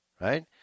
right